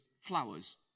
flowers